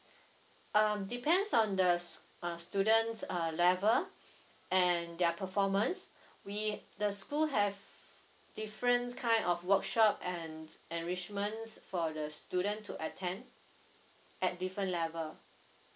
um depends on the s~ uh students uh level and their performance we the school have differents kind of workshop and enrichments for the student to attend at different level